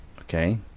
Okay